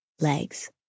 Legs